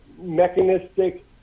mechanistic